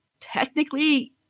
Technically